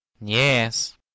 Yes